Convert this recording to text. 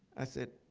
i said,